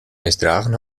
misdragen